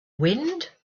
wind